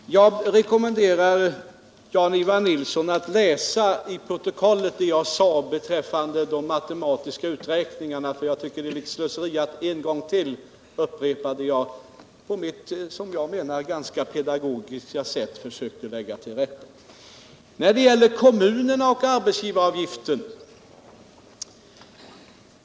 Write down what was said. Herr talman! Jag rekommenderar Jan-Ivan Nilsson att läsa i protokollet vad jag sade beträffande de matematiska uträkningarna. Det vore slöseri med tid att ännu en gång upprepa det jag på ett enligt min mening ganska pedagogiskt sätt försökte lägga till rätta. Så till frågan om kommunerna och arbetsgivaravgiften.